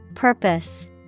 Purpose